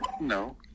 No